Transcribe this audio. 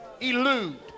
elude